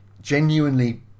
genuinely